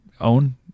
own